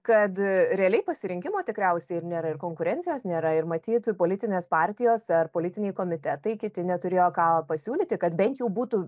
kad realiai pasirinkimo tikriausiai ir nėra ir konkurencijos nėra ir matyt politinės partijos ar politiniai komitetai kiti neturėjo ką pasiūlyti kad bent jau būtų